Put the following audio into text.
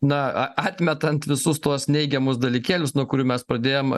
na a atmetant visus tuos neigiamus dalykėlius nuo kurių mes pradėjom